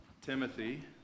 Timothy